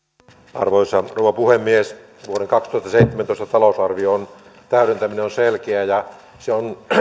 arvoisa rouva puhemies vuoden kaksituhattaseitsemäntoista talousarvion täydentäminen on selkeä ja se on